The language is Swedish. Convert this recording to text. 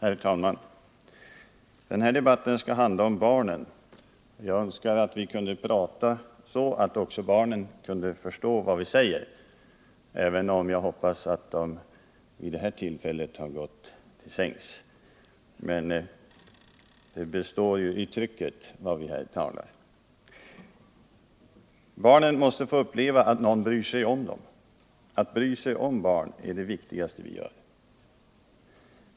Herr talman! Den här debatten skall handla om barnen. Jag önskar att vi kunde prata så att också barnen kunde förstå vad vi säger, även om jag hoppas att de har gått till sängs vid den här tiden på dygnet. Men det står ju i trycket vad vi säger. Barnen måste få uppleva att någon bryr sig om dem. Att bry sig om barnen är det viktigaste vi gör.